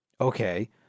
Okay